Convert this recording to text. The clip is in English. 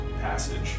passage